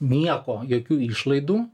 nieko jokių išlaidų